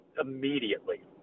immediately